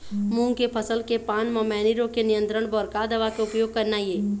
मूंग के फसल के पान म मैनी रोग के नियंत्रण बर का दवा के उपयोग करना ये?